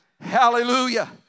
Hallelujah